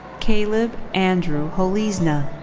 caleb andrew holizna.